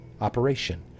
operation